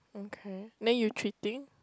okay then you treating